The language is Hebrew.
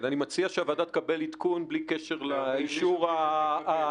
אני מציע שהוועדה תקבל עדכון בלי קשר לאישור השנתי.